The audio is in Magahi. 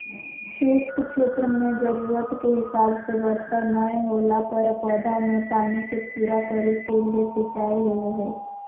शुष्क क्षेत्र मेंजरूरत के हिसाब से वर्षा नय होला पर पौधा मे पानी के पूरा करे के ले सिंचाई होव हई